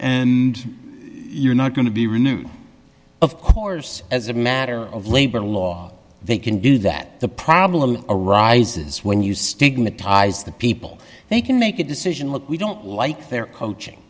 and you're not going to be renewed of course as a matter of labor law they can do that the problem arises when you stigmatize the people they can make a decision look we don't like their